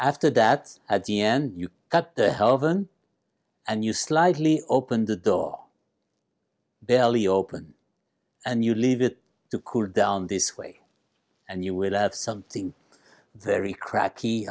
after that at the end you cut and you slightly open the door barely open and you leave it to cool down this way and you will have something very cra